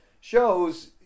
shows